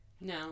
No